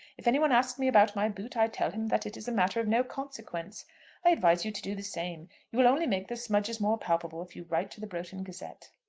if any one asks me about my boot i tell him that it is a matter of no consequence advise you to do the same. you will only make the smudges more palpable if you write to the broughton gazette.